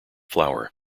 flour